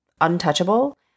untouchable